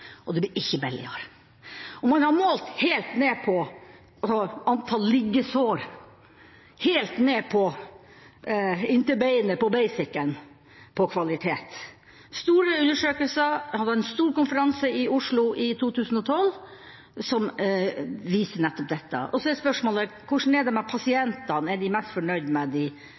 Og det blir ikke billigere. Man har målt helt ned på antall liggesår, helt inn til beinet på «basic»-en for kvalitet. Store undersøkelser – vi hadde en stor konferanse i Oslo i 2012 – viser nettopp dette. Så er spørsmålet: Hvordan er det med pasientene – er de mest fornøyd med de